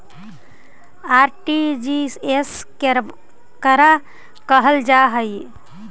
RTGS केकरा कहल जा है?